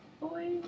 boy